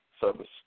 service